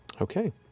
Okay